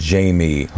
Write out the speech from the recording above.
Jamie